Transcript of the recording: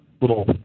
little